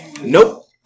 Nope